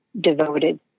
devoted